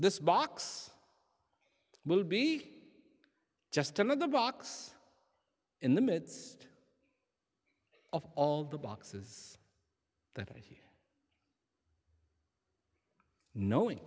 this box will be just another box in the midst of all the boxes that are here knowing